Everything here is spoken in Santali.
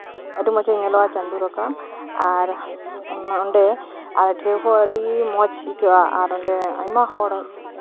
ᱟᱹᱰᱤ ᱢᱚᱸᱡᱮ ᱧᱮᱞᱚᱜᱼᱟ ᱪᱟᱸᱫᱳ ᱨᱟᱠᱟᱵ ᱟᱨ ᱚᱱᱰᱮ ᱟᱭᱠᱟᱹᱜ ᱦᱚᱸ ᱟᱹᱰᱤ ᱢᱚᱸᱡ ᱟᱹᱭᱠᱟᱹᱜᱼᱟ ᱚᱱᱰᱮ ᱟᱭᱢᱟ ᱦᱚᱲ